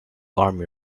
army